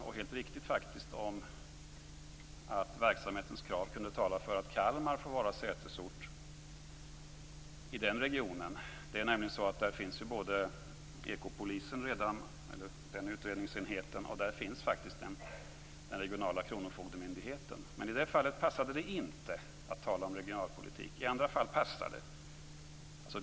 och helt riktigt, faktiskt - att verksamhetens krav talade för att Kalmar skulle bli sätesort i den regionen. Där finns redan utredningsenheten för ekopolisen och den regionala kronofogdemyndigheten. Men i det fallet passade det inte att tala om regionalpolitik. I andra fall passar det.